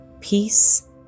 peace